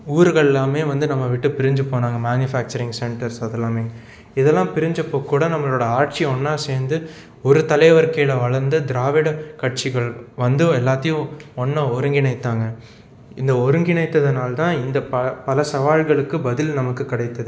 ஊர்கள்லாமே வந்து நம்ம விட்டு பிரிந்து போனாங்க மேனுஃபேக்சரிங் சென்டர்ஸ் அது எல்லாமே இதெல்லாம் பிரிஞ்சப்போ கூட நம்மளோடய ஆட்சி ஒன்றா சேர்ந்து ஒரு தலைவர் கீழே வளர்ந்து திராவிடக் கட்சிகள் வந்து எல்லாத்தையும் ஒன்றா ஒருங்கிணைத்தாங்க இந்த ஒருங்கிணைத்ததனால் தான் இந்த ப பல சவால்களுக்கு பதில் நமக்கு கிடைத்தது